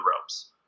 ropes